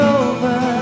over